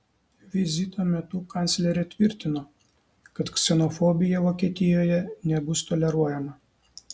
vizito metu kanclerė tvirtino kad ksenofobija vokietijoje nebus toleruojama